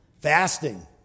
Fasting